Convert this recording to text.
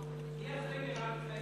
מי אחרי מרב מיכאלי?